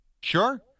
Sure